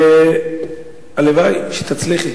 הלוואי שתצליחי.